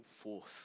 force